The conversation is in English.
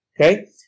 Okay